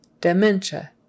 dementia